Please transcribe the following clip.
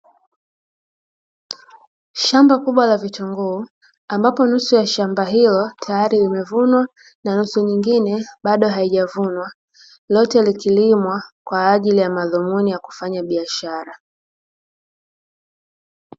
Shamba kubwa la vitunguu ambapo nusu ya shamba hilo tayari limevunwa, na nusu nyingine bado halijavunwa, lote likilimwa kwa ajili ya madhumuni ya kufanya biashara.